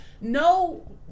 no